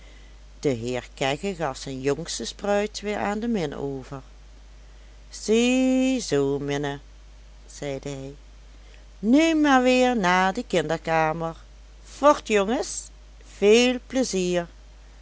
de heer kegge gaf zijn jongste spruit weer aan de min over zie zoo minne zeide hij nu maar weer naar de kinderkamer vort jongens veel pleizier